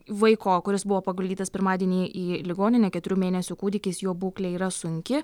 vaiko kuris buvo paguldytas pirmadienį į ligoninę keturių mėnesių kūdikis jo būklė yra sunki